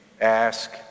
ask